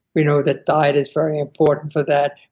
we know that diet is very important for that.